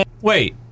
Wait